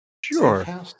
Sure